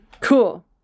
Cool